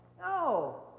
No